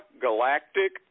galactic